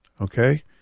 okay